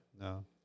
No